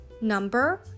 Number